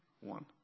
One